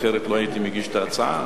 אחרת לא הייתי מגיש את ההצעה.